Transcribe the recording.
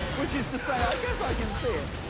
which is to say, i guess i can see it.